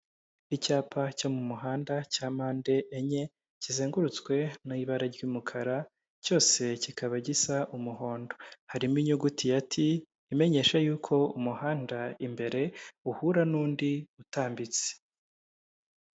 Icyapa cyo mu muhanda cya mpande enye kizengurutswe n'ibara ry'umukara cyose kikaba gisa umuhondo, harimo inyuguti ya ti imenyesha yuko umuhanda imbere uhura n'undi utambitse.